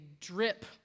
drip